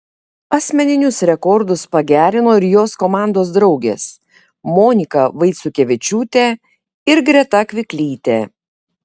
asmeninius rekordus pagerino ir jos komandos draugės monika vaiciukevičiūtė ir greta kviklytė